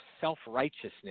self-righteousness